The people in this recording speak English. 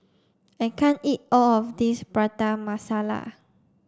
I can't eat all of this Prata Masala